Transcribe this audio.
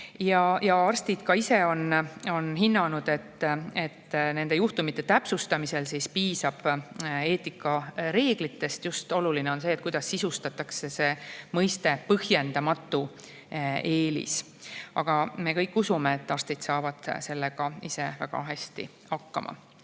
Arstid on ka ise hinnanud, et nende juhtumite täpsustamiseks piisab eetikareeglitest. Oluline on just see, kuidas sisustatakse mõiste "põhjendamatu eelis". Aga me kõik usume, et arstid saavad sellega ise väga hästi hakkama.